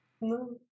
No